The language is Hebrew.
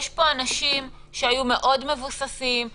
יש פה אנשים שהיו מבוססים מאוד,